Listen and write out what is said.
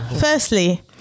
firstly